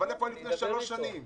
אז איפה היו לפני שלוש שנים?